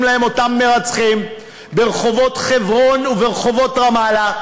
להן אותם מרצחים ברחובות חברון וברחובות רמאללה,